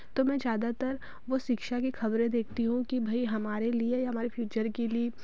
तो मैं ज़्यादातर वो शिक्षा की खबरें देखती हूँ कि भाई हमारे लिए या हमारे फ़्यूचर के लिए